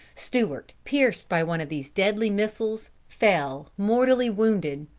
stewart, pierced by one of these deadly missiles, fell mortally wounded.